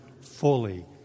fully